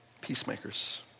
Peacemakers